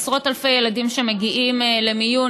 עשרות אלפי ילדים שמגיעים למיון,